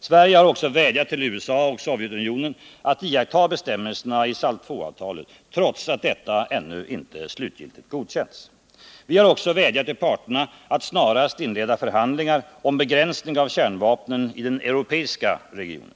Sverige har vädjat till USA och Sovjetunionen att iaktta bestämmelserna i SALT II-avtalet trots att detta ännu inte slutgiltigt har godkänts. Vi har också vädjat till parterna att snarast inleda förhandlingar om begränsning av kärnvapnen i den europeiska regionen.